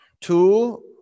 Two